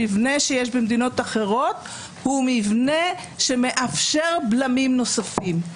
המבנה שיש במדינות אחרות הוא מבנה שמאפשר בלמים נוספים.